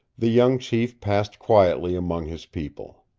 the young chief passed quietly among his people.